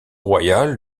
royal